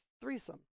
threesome